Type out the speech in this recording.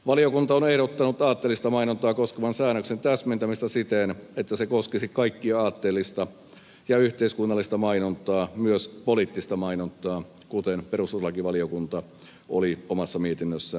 valiokunta on ehdottanut aatteellista mainontaa koskevan säännöksen täsmentämistä siten että se koskisi kaikkea aatteellista ja yhteiskunnallista mainontaa myös poliittista mainontaa kuten perustuslakivaliokunta oli omassa lausunnossaan esittänyt